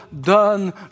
done